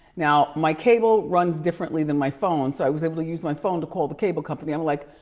now, my cable runs differently than my phone, so i was able to use my phone to call the cable company. i'm like,